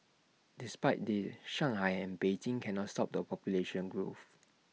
despite the Shanghai and Beijing cannot stop the population growth